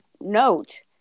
note